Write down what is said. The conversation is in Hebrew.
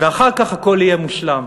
ואחר כך הכול יהיה מושלם.